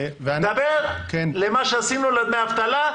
דבר על מה שעשינו לדמי אבטלה,